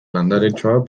landaretxoak